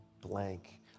blank